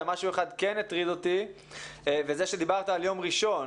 יש משהו אחד כן הטריד אותי וזה כשדיברת על יום ראשון.